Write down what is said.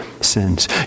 sins